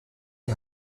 die